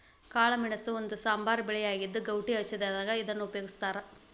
ಕಾಳಮೆಣಸ ಒಂದು ಸಾಂಬಾರ ಬೆಳೆಯಾಗಿದ್ದು, ಗೌಟಿ ಔಷಧದಾಗ ಇದನ್ನ ಉಪಯೋಗಸ್ತಾರ